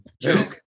Joke